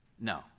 No